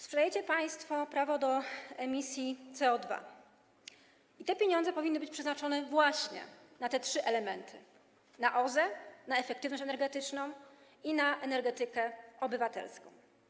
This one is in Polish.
Sprzedajecie państwo prawo do emisji CO2 i te pieniądze powinny być przeznaczone właśnie na te trzy elementy: na OZE, na efektywność energetyczną i na energetykę obywatelską.